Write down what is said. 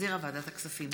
שהחזירה ועדת הכספים.